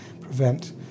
prevent